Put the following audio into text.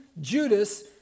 Judas